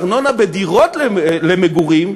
ארנונה על דירות מגורים,